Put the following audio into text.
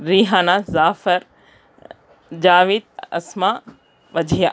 Rehana Zafar Javed Asma Wajiya